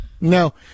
No